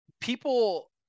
people